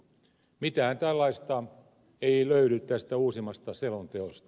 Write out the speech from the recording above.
mitään tällaista ei löydy tästä uusimmasta selonteosta